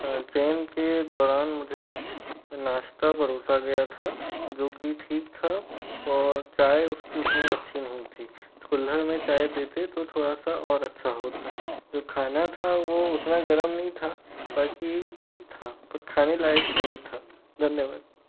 train के दौरान मुझे नाश्ता परोसा गया था जोकि ठीक था और चाय उसकी उतनी अच्छी नहीं थी कुल्हड़ में चाय देते तो थोड़ा सा और अच्छा होता जो खाना था वह उतना गर्म नहीं था बाकी ठीक था पर खाने लायक नहीं था धन्यवाद